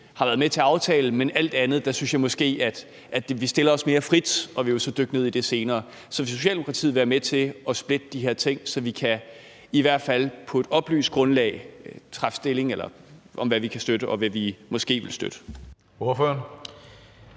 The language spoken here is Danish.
har været med til at aftale, men i forbindelse med alt andet stiller vi os mere frit, og det vil vi så dykke ned i senere. Så vil Socialdemokratiet være med til at splitte de her ting, så vi i hvert fald på et oplyst grundlag kan tage stilling til, hvad vi kan støtte, og hvad vi måske vil støtte?